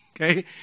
Okay